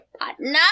partner